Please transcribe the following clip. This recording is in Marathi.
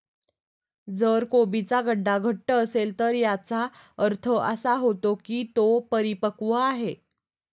जर कोबीचा गड्डा घट्ट असेल तर याचा अर्थ असा होतो की तो परिपक्व आहे